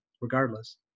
regardless